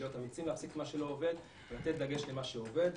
להיות אמיצים להפסיק את מה שלא עובד ולתת דגש למה שעובד.